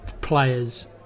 players